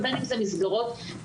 ובין אם זה מסגרות פרטיות.